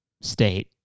state